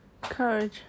courage